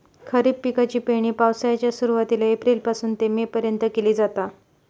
खरीप पिकाची पेरणी पावसाळ्याच्या सुरुवातीला एप्रिल पासून ते मे पर्यंत केली जाता